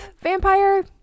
vampire